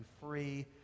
free